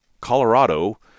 Colorado